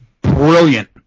brilliant